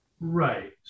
Right